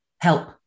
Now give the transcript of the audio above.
Help